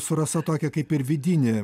su rasa tokį kaip ir vidinį